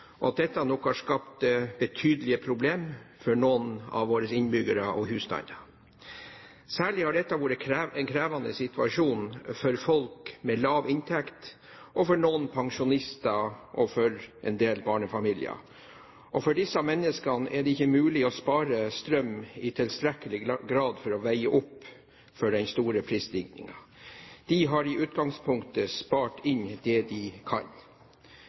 og at dette nok har skapt betydelige problemer for noen av våre innbyggere og husstander. Særlig har dette vært en krevende situasjon for folk med lav inntekt, for noen pensjonister og for en del barnefamilier. Og for disse menneskene er det ikke mulig å spare strøm i tilstrekkelig grad til å veie opp for den store prisstigningen. De har i utgangspunktet spart inn det de kan.